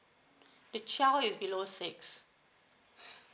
the child is below six